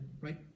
right